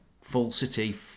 Falsity